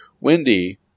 Wendy